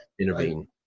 intervene